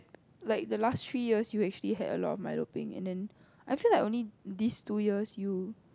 like the last three years you actually had a lot of Milo peng and then I feel like only these two years you